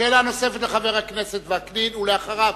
שאלה נוספת לחבר הכנסת וקנין, ולאחריו,